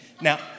Now